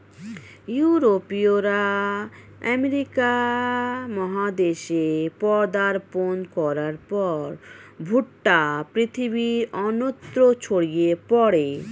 ইউরোপীয়রা আমেরিকা মহাদেশে পদার্পণ করার পর ভুট্টা পৃথিবীর অন্যত্র ছড়িয়ে পড়ে